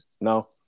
No